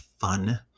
fun